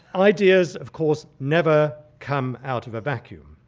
ideas, of course, never come out of a vacuum,